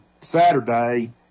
Saturday